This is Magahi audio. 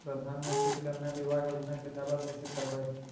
प्रधानमंत्री कन्या बिबाह योजना के दाबा कैसे करबै?